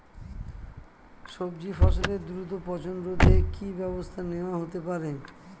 সবজি ফসলের দ্রুত পচন রোধে কি ব্যবস্থা নেয়া হতে পারে?